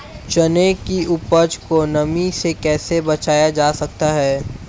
चने की उपज को नमी से कैसे बचाया जा सकता है?